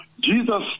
Jesus